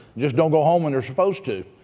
just don't go home when they're supposed to.